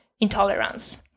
intolerance